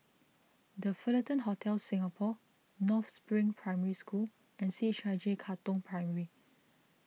the Fullerton Hotel Singapore North Spring Primary School and C H I J Katong Primary